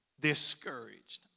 discouraged